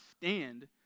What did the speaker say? stand